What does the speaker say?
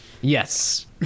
Yes